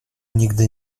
nigdy